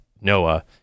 Noah